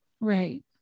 Right